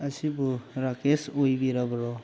ꯑꯁꯤꯕꯨ ꯔꯥꯀꯦꯁ ꯑꯣꯏꯕꯤꯔꯕ꯭ꯔꯣ